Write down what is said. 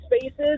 spaces